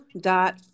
dot